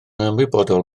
ymwybodol